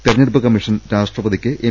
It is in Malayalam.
തെരഞ്ഞെടുപ്പ് കമ്മീഷൻ രാഷ്ട്ര പതിക്ക് എം